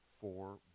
four